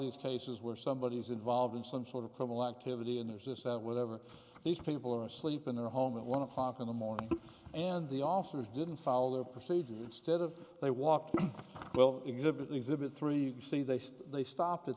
these cases where somebody is involved in some sort of criminal activity and there's this that whatever these people are asleep in their home at one o'clock in the morning and the officers didn't follow procedure instead of they walked well exhibit exhibit three you see they say they stopped at